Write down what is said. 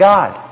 God